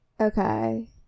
Okay